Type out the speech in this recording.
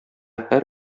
һәр